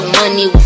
money